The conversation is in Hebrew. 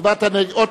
ההצעה להסיר